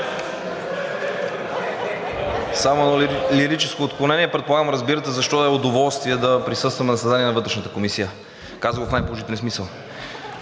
Само едно лирическо отклонение. Предполагам, разбирате защо е удоволствие да присъствам на заседания на Вътрешната комисия. Казвам го в най-положителния смисъл.